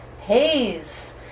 haze